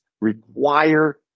require